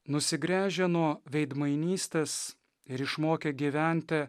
nusigręžę nuo veidmainystės ir išmokę gyventi